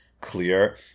clear